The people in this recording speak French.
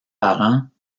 parents